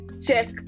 check